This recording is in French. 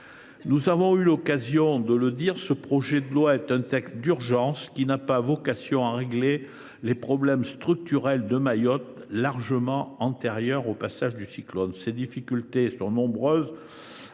Nous avons eu l’occasion de le dire, ce projet de loi est un texte d’urgence qui n’a pas vocation à régler les problèmes structurels de Mayotte, lesquels sont largement antérieurs au passage du cyclone. Ces difficultés sont aussi nombreuses